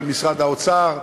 של משרד האוצר,